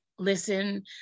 Listen